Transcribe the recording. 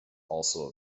also